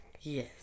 Yes